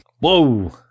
Whoa